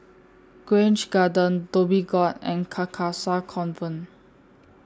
Grange Garden Dhoby Ghaut and Carcasa Convent